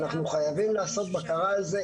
אנחנו חייבים לעשות בקרה על זה.